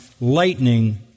lightning